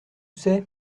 c’est